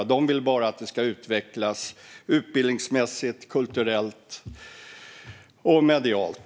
Älvdalingarna vill bara att älvdalskan ska utvecklas utbildningsmässigt, kulturellt och medialt.